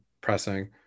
pressing